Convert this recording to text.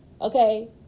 Okay